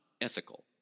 ethical